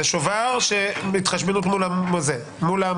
זה שובר בהתחשבנות מול המוסד.